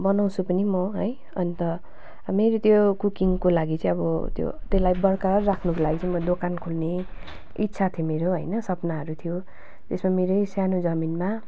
बनाउँछु पनि म है अन्त मेरो त्यो कुकिङको लागि चाहिँ अब त्यो त्यसलाई बरकरार राख्नको लागि चाहिँ म दोकान खोल्ने इच्छा थियो मेरो होइन सपनाहरू थियो त्यसमा मेरै सानो जमिनमा